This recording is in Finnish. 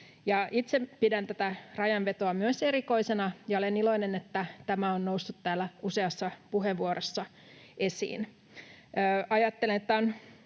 itse pidän tätä rajanvetoa erikoisena ja olen iloinen, että tämä on noussut useassa puheenvuorossa esiin. Ajattelen, että on